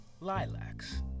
Lilacs